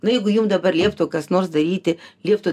nu jeigu jum dabar lieptų kas nors daryti lieptų